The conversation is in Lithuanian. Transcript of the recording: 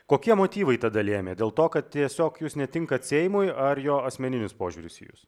kokie motyvai tada lėmė dėl to kad tiesiog jūs netinkate seimui ar jo asmeninis požiūris į jus